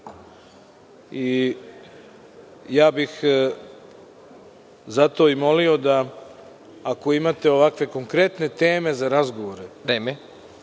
Ja bih zato i molio da ako imate ovakve konkretne teme za razgovore. Već